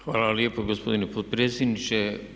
Hvala lijepa gospodine potpredsjedniče.